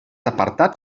apartat